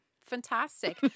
fantastic